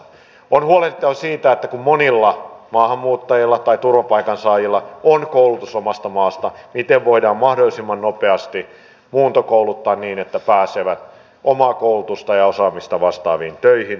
on huolehdittava siitä kun monilla maahanmuuttajilla ja turvapaikansaajilla on koulutus omasta maasta miten voidaan mahdollisimman nopeasti muuntokouluttaa niin että he pääsevät omaa koulutustaan ja osaamistaan vastaaviin töihin